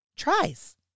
Tries